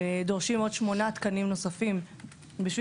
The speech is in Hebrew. דורשים עוד שמונה תקנים נוספים בשביל